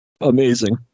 Amazing